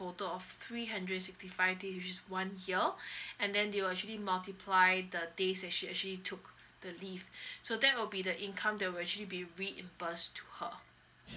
of three hundred and sixty five days which is one year and then they will actually multiply the days that she actually took the leave so that will be the income there will actually be reimburse to her